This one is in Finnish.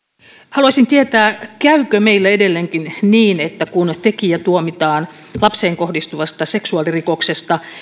haluaisin tietää käykö meille edelleenkin niin että kun tekijä tuomitaan lapseen kohdistuvasta seksuaalirikoksesta